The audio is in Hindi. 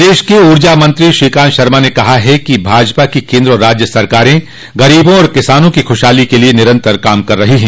प्रदेश के ऊर्जा मंत्री श्रीकांत शर्मा ने कहा है कि भाजपा की केन्द्र और राज्य सरकार गरीबों और किसानों की ख्शहाली के लिए निरन्तर काम कर रही है